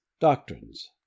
DOCTRINES